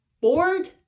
bored